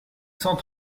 cent